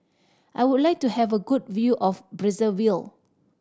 I would like to have a good view of Brazzaville